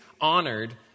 honored